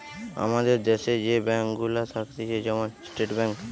আমাদের দ্যাশে যে ব্যাঙ্ক গুলা থাকতিছে যেমন স্টেট ব্যাঙ্ক